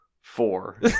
Four